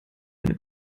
eine